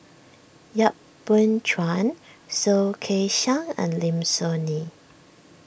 Yap Boon Chuan Soh Kay Siang and Lim Soo Ngee